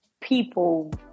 people